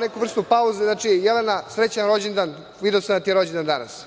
neku vrstu pauze. Jelena, srećan rođendan. Video sam da ti je rođendan danas.